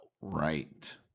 right